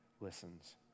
listens